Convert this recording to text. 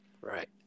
Right